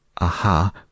aha